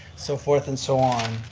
so forth and so on.